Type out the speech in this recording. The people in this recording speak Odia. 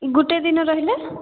ଗୁଟେ ଦିନ ରହିଲେ